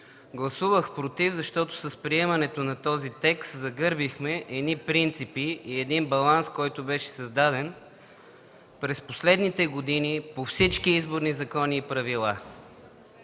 Гласувах „против”, защото с приемането на този текст загърбихме едни принципи и един баланс, които бяха създадени през последните години по всички изборни закони и правила.